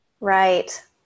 Right